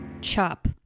chop